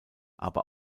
aber